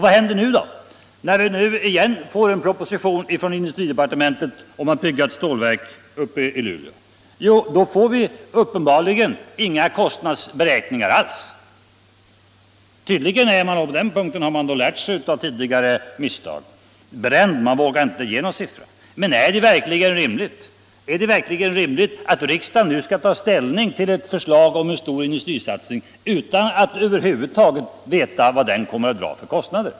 Vad händer nu när vi igen får en proposition från industridepartementet om att bygga ett stålverk i Luleå? Uppenbarligen får vi inga kostnadsberäkningar alls. Tydligen är man — och på den punkten har man lärt av tidigare misstag — bränd. Man vågar inte ge några siffror. Men är det verkligen rimligt att riksdagen nu skall ta ställning till ett förslag om en stor industrisatsning utan att över huvud taget veta vad den satsningen kommer att dra för kostnader?